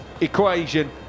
equation